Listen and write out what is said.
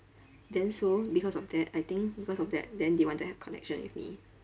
then so because of that I think because of that then they want to have connection with me